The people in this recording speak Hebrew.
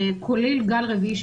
כולל גל רביעי.